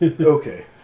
Okay